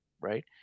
Right